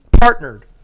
partnered